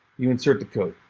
you insert the code.